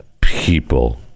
people